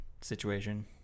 situation